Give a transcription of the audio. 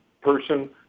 person